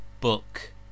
book